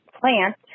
plant